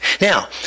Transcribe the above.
Now